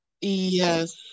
Yes